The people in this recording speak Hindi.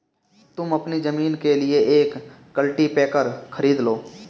तुम अपनी जमीन के लिए एक कल्टीपैकर खरीद लो